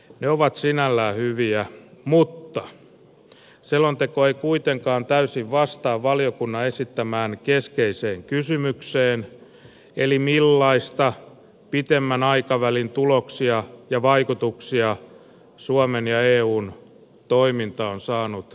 ne ovat sinällään hyviä mutta selonteko ei kuitenkaan täysin vastaa valiokunnan esittämään keskeiseen kysymykseen eli siihen millaisia pitemmän aikavälin tuloksia ja vaikutuksia suomen ja eun toiminta on saanut aikaan